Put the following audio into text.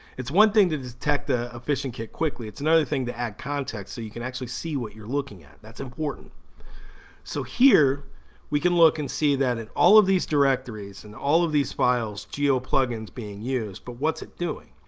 it's one thing to detect a efficient kick quickly it's another thing to act context so you can actually see what you're looking at. that's important so here we can look and see that in all of these directories and all of these files geo plugins being used but what's it doing?